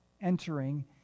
entering